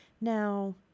now